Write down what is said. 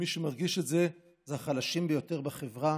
ומי שמרגיש את זה הם החלשים ביותר בחברה,